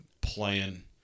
playing